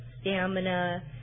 stamina